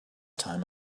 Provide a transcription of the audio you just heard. time